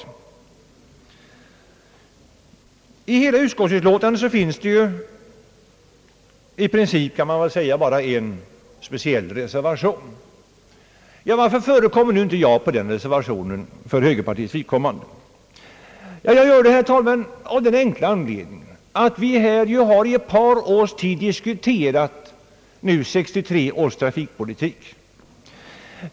Man kan väl säga att det i hela utlåtandet i princip bara finns en speciell reservation. Varför förekommer inte jag på den reservationen för högerpartiets del? Jag gör det inte, herr talman, av den enkla anledningen att vi under ett par års tid här har diskuterat 1963 års trafikpolitik.